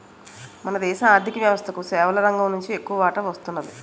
మన దేశ ఆర్ధిక వ్యవస్థకు సేవల రంగం నుంచి ఎక్కువ వాటా వస్తున్నది